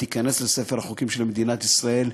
והיא תיכנס לספר החוקים של מדינת ישראל,